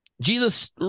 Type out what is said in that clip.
Jesus